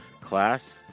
Class